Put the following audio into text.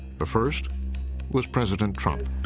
the first was president trump.